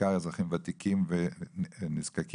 בעיקר אזרחים ותיקים ונזקקים,